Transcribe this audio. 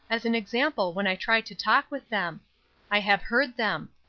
as an example when i try to talk with them i have heard them.